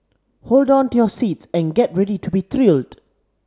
hold on to your seats and get ready to be thrilled